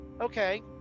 Okay